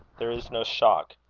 there is no shock.